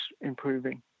improving